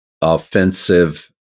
offensive